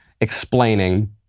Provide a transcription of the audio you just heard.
explaining